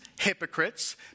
hypocrites